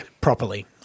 properly